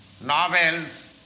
novels